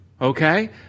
Okay